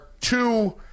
two